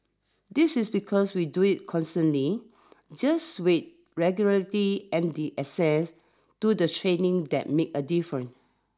this is because we do it constantly just with regularity and the access to the training that makes a difference